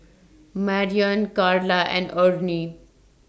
Marrion Karla and Ernie